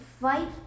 fight